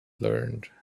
learned